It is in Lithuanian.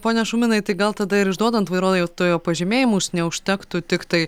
pone šuminai tai gal tada ir išduodant vairuotojo pažymėjimus neužtektų tiktai